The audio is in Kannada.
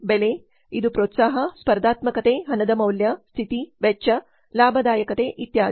ಬೆಲೆ ಇದು ಪ್ರೋತ್ಸಾಹ ಸ್ಪರ್ಧಾತ್ಮಕತೆ ಹಣದ ಮೌಲ್ಯ ಸ್ಥಿತಿ ವೆಚ್ಚ ಲಾಭದಾಯಕತೆ ಇತ್ಯಾದಿ